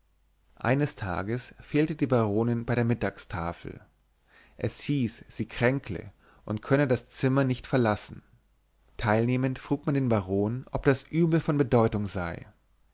eines tages fehlte die baronin bei der mittagstafel es hieß sie kränkle und könne das zimmer nicht verlassen teilnehmend frug man den baron ob das übel von bedeutung sei